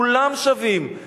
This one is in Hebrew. כולם שווים.